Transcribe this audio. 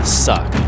suck